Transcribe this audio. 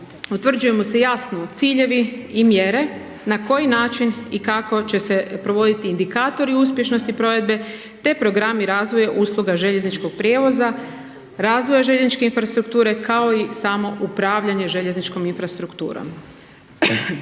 utvrđuju mu se jasno ciljevi i mjere na koji način i kako će se provoditi indikatori uspješnosti provedbe te programi i razvoj usluga željezničkog prijevoza, razvoja željezničke infrastrukture kao i samo upravljanje željezničkom infrastrukturom.